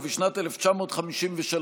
ובשנת 1953,